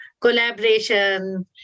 collaboration